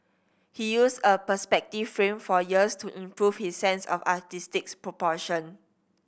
he used a perspective frame for years to improve his sense of artistic proportion